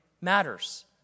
matters